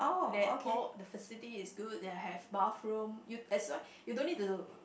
there all the facilities is good they will have bathroom you that's why you don't need to